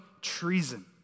treason